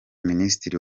minisitiri